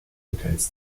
hotels